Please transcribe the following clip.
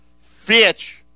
Fitch